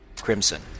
crimson